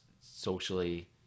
socially